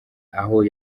aho